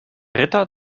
ritter